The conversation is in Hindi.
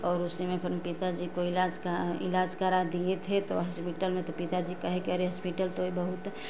और उसी में अपन पिताजी का इलाज़ कराए इलाज़ करा दिये थे हॉस्पिटल में तो पिताजी कहे कि अरे हॉस्पिटल तो बहुत